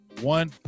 one